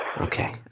Okay